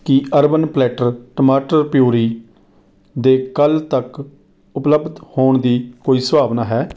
ਕੀ Urban Platter ਟਮਾਟਰ puree ਦੇ ਕੱਲ੍ਹ ਤੱਕ ਉਪਲੱਬਧ ਹੋਣ ਦੀ ਕੋਈ ਸੰਭਾਵਨਾ ਹੈ